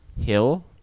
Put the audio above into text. hill